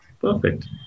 Perfect